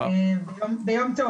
ביום טוב.